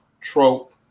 trope